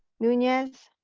nunez,